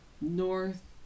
North